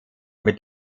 mit